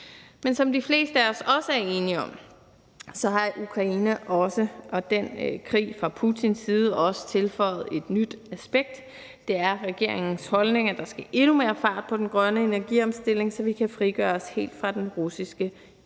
Men som de fleste af os også er enige om, har Ukraine og den krig fra Putins side også tilføjet et nyt aspekt. Det er regeringens holdning, at der skal endnu mere fart på den grønne energiomstilling, så vi kan frigøre os helt fra den russiske gas.